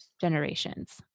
generations